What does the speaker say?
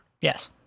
Yes